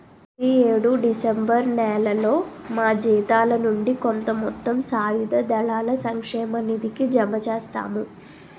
ప్రతి యేడు డిసెంబర్ నేలలో మా జీతాల నుండి కొంత మొత్తం సాయుధ దళాల సంక్షేమ నిధికి జమ చేస్తాము